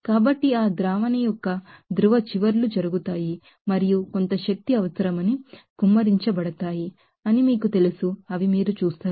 కాబట్టి ఆ సాల్వెంట్ యొక్క నెగటివ్ పోలార్ ఎండ్స్ జరుగుతాయి మరియు కొంత శక్తి అవసరమని కుమ్మరించబడతాయి అని మీరు చూస్తారు